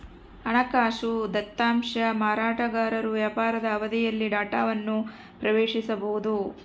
ಹಣಕಾಸು ದತ್ತಾಂಶ ಮಾರಾಟಗಾರರು ವ್ಯಾಪಾರದ ಅವಧಿಯಲ್ಲಿ ಡೇಟಾವನ್ನು ಪ್ರವೇಶಿಸಬೊದು